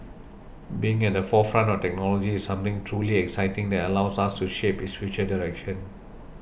being at the forefront of technology is something truly exciting that allows us to shape its future direction